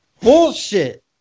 Bullshit